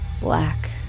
black